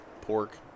pork